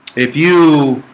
if you